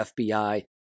FBI